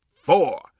four